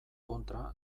kontra